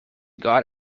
got